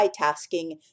multitasking